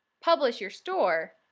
publish your store,